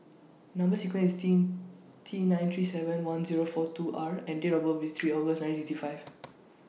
Number sequence IS T T nine three seven one Zero four two R and Date of birth IS three August nine sixty five